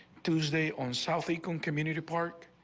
tuesday on south e can community park.